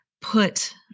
put